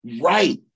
Right